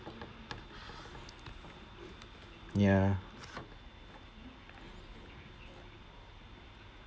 ya